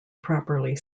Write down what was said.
properly